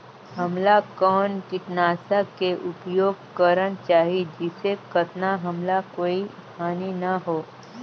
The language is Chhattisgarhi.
हमला कौन किटनाशक के उपयोग करन चाही जिसे कतना हमला कोई हानि न हो?